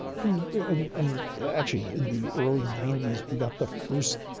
from the and actually in the early ninety s, we got the first,